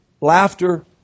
laughter